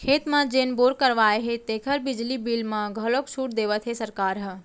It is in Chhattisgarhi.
खेत म जेन बोर करवाए हे तेकर बिजली बिल म घलौ छूट देवत हे सरकार ह